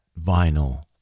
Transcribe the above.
vinyl